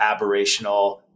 aberrational